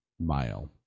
mile